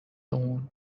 اون